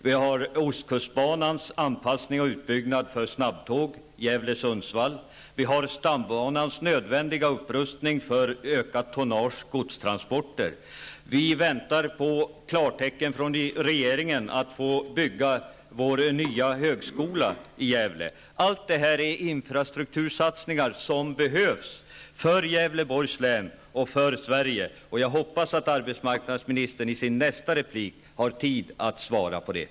Det gäller ostkustbanans anpassning och utbyggnad för snabbtåg mellan Gävle och Sundsvall. Det gäller också stambanans nödvändiga upprustning för ökat tonnage och godstransporter. Vi väntar på klartecken från regeringen för att få bygga en ny högskola i Gävle. Allt detta är infrastruktursatsningar som behövs för Gävleborgs län och för Sverige. Jag hoppas att arbetsmarknadsministern i sin nästa replik har tid att svara på detta.